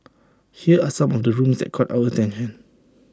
here are some of the rooms that caught our attention